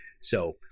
So-